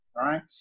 Right